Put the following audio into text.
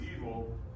evil